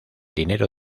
dinero